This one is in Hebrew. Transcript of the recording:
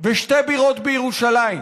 ושתי בירות בירושלים.